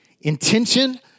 Intention